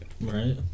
right